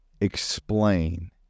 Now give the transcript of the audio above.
explain